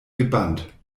gebannt